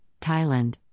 Thailand